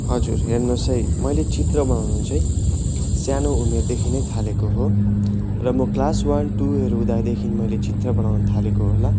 हजुर हेर्नुहोस् है मैले चित्र बनाउनु चाहिँ सानो उमेरदेखि नै थालेको हो र म क्लास वान टूहरू हुँदादेखिन् मैले चित्र बनाउनु थालेको होला